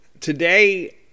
today